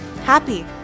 Happy